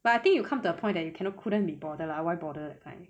but I think you come to a point that you cannot couldn't be bothered lah why bother that kind